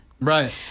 Right